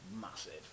massive